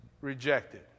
rejected